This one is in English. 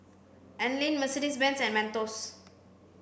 Anlene Mercedes Benz and Mentos